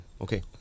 Okay